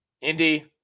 Indy